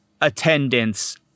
attendance